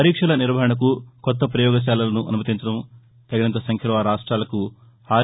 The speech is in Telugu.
పరీక్షల నిర్వహణకు కొత్త పయోగశాలలను అనుమతించడం తగినంత సంఖ్యలో రాష్ట్రాలకు ఆర్